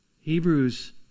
Hebrews